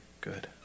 good